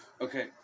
Okay